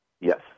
Yes